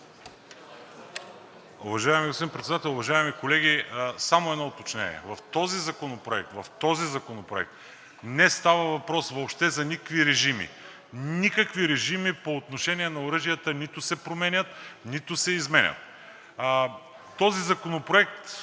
Уважаеми господин Председател, уважаеми колеги! Само едно уточнение. В този законопроект не става въпрос въобще за никакви режими – никакви режими по отношение на оръжията нито се променят, нито се изменят. Този законопроект